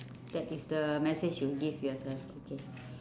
that is the message you will give yourself okay